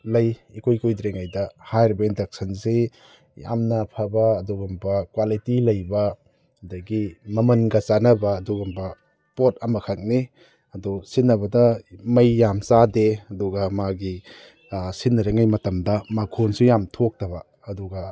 ꯂꯩ ꯏꯀꯨꯏ ꯀꯨꯏꯗ꯭ꯔꯤꯉꯩꯗ ꯍꯥꯏꯔꯤꯕ ꯏꯟꯗꯛꯁꯟꯁꯤ ꯌꯥꯝꯅ ꯐꯕ ꯑꯗꯨꯒꯨꯝꯕ ꯀ꯭ꯋꯥꯂꯤꯇꯤ ꯂꯩꯕ ꯑꯗꯒꯤ ꯃꯃꯟꯒ ꯆꯥꯟꯅꯕ ꯑꯗꯨꯒꯨꯝꯕ ꯄꯣꯠ ꯑꯃꯈꯛꯅꯤ ꯑꯗꯨ ꯁꯤꯖꯤꯟꯅꯕꯗ ꯃꯩ ꯌꯥꯝ ꯆꯥꯗꯦ ꯑꯗꯨꯒ ꯃꯥꯒꯤ ꯁꯤꯖꯤꯟꯅꯔꯤꯉꯩ ꯃꯇꯝꯗ ꯃꯈꯣꯟꯁꯨ ꯌꯥꯝ ꯊꯣꯛꯇꯕ ꯑꯗꯨꯒ